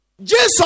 Jesus